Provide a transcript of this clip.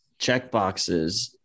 checkboxes